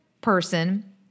person